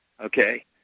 okay